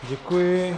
Děkuji.